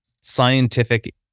scientific